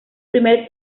primer